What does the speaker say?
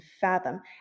fathom